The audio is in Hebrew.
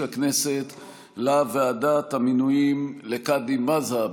הכנסת לוועדת המינויים לקאדי מד'הב.